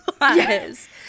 Yes